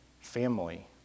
family